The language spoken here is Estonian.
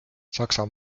saksa